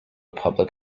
public